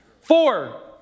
Four